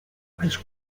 pres